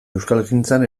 euskalgintzan